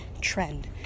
trend